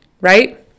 Right